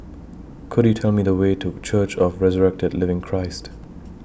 Could YOU Tell Me The Way to Church of The Resurrected Living Christ